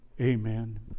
Amen